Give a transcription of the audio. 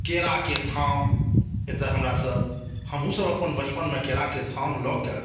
केराके थाम एतय हमरासभ हमहुँसभ अपन बचपनमे केराके थाम लए कऽ